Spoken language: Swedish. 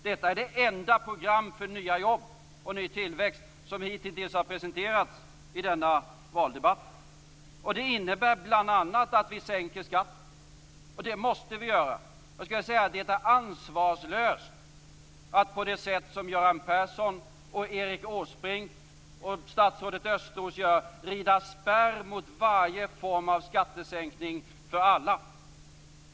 Detta är det enda program för nya jobb och ny tillväxt som hitintills har presenterats i denna valdebatt. Det innebär bl.a. att vi sänker skatten, och det måste vi göra. Det är ansvarslöst att på det sätt som Göran Persson, Erik Åsbrink och statsrådet Östros gör rida spärr mot varje form av skattesänkning för alla.